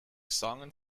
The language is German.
sangen